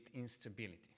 instability